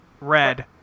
Red